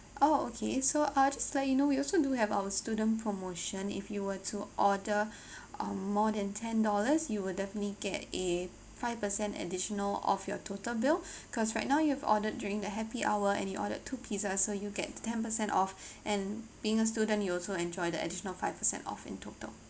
oh okay so uh just let you know we also do have our student promotion if you were to order um more than ten dollars you will definitely get a five percent additional off your total bill because right now you have ordered during the happy hour and you ordered two pizza so you get ten percent off and being a student you also enjoy the additional five percent off in total